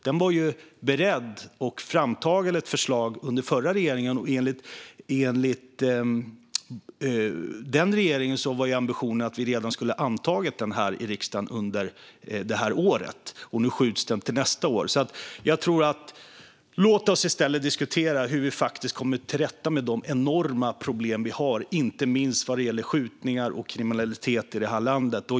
Den var beredd och framtagen som förslag under den förra regeringen, och enligt den regeringen var ambitionen att lagen skulle ha antagits här i riksdagen redan under det här året, men nu skjuts det fram till nästa år. Låt oss i stället diskutera hur vi kommer till rätta med de enorma problem som finns, inte minst vad gäller skjutningar och kriminalitet i det här landet!